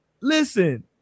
Listen